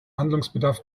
handlungsbedarf